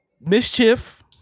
mischief